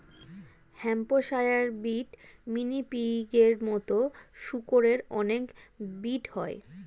Hampshire breed, mini পিগের মতো শুকরের অনেক ব্রিড হয়